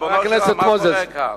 ריבונו של עולם, מה קורה כאן?